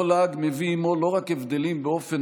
כל להג מביא עימו לא רק הבדלים באופן